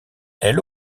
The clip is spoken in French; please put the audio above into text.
elle